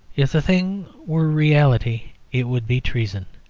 if the thing were reality it would be treason.